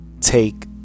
take